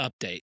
update